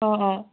অঁ অঁ